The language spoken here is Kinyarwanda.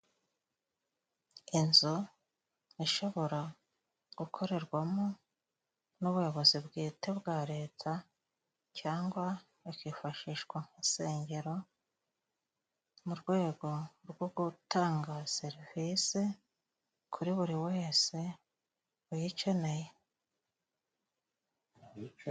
Inzu ishobora gukorerwamo n'ubuyobozi bwite bwa leta cangwa hakifashishwa nk'insengero mu rwego rwo gutanga serivise kuri buri wese uyiceneye.